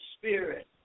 spirit